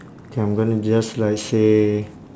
okay I'm gonna just like say